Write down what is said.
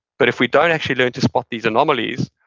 but if we don't actually learn to spot these anomalies,